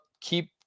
keep